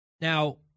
Now